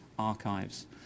Archives